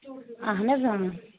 اہن حظ اۭں